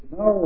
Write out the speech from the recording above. no